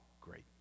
Great